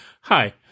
Hi